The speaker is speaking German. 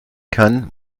kann